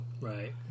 Right